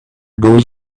goes